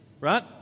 right